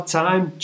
time